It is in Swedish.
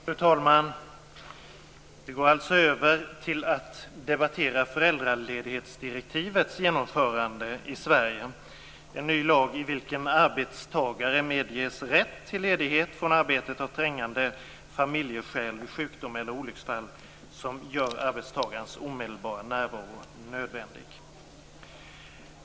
Fru talman! Vi går nu över till att debattera föräldraledighetsdirektivets genomförande i Sverige. Det gäller införandet av en ny lag i vilken arbetstagare medges rätt till ledighet från arbetet av trängande familjeskäl, som sjukdom eller olycksfall, som gör arbetstagarens omedelbara närvaro nödvändig.